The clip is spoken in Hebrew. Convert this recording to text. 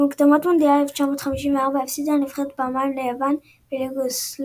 במוקדמות מונדיאל 1954 הפסידה הנבחרת פעמיים ליוון וליוגוסלביה,